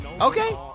Okay